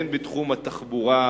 הן בתחום התחבורה,